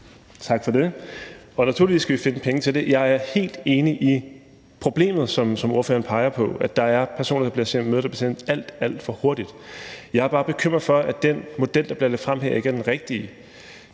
Tak for det. Naturligvis skal vi finde penge til det. Jeg er helt enig i problemet, som ordføreren peger på: at der er mødre, der bliver sendt alt, alt for hurtigt hjem. Jeg er bare bekymret for, at den model, der bliver lagt frem her, ikke er den rigtige.